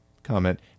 comment